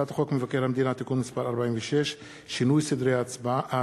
הצעת חוק מבקר המדינה (תיקון מס' 46) (שינוי סדרי ההצבעה),